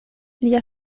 lia